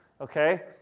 okay